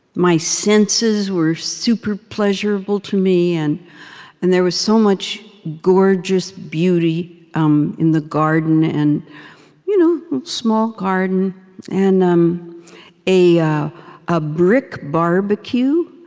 my senses were super-pleasurable to me, and and there was so much gorgeous beauty um in the garden and you know small garden and um a ah brick barbecue,